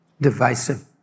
divisive